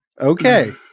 Okay